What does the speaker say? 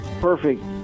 perfect